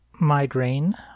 migraine